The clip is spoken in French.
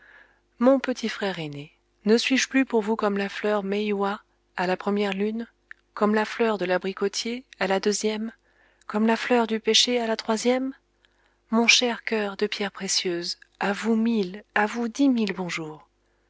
mon petit frère aîné ne suis-je plus pour vous comme la fleur mei houa à la première lune comme la fleur de l'abricotier à la deuxième comme la fleur du pêcher à la troisième mon cher coeur de pierre précieuse à vous mille à vous dix mille bonjours